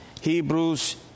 Hebrews